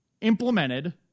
implemented